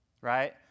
Right